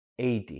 AD